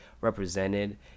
represented